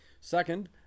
Second